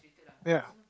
ya